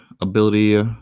ability